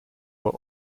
were